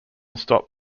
stop